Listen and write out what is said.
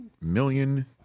million